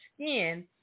skin